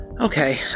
okay